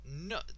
no